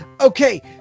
Okay